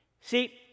See